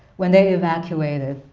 when they evacuated,